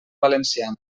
valenciana